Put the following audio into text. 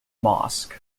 mosque